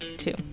two